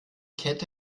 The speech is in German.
kette